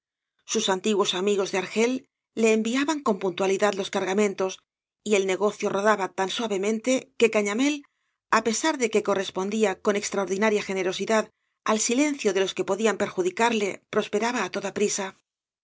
sus antiguos amigos de argel le enviaban con puntualidad los cargamentos y el negocio rodaba tan suavemente que cañamél á pesar de que correspondía con extraordinaria generosidad al silencio de los que podían perjudicarle prosperaba á toda prisa